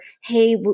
hey